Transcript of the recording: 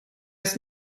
ist